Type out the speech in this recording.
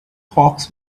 hawks